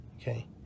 okay